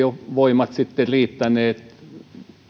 ole voimat sitten riittäneet